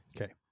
okay